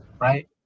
right